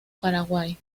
paraguay